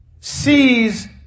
sees